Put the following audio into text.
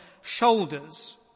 shoulders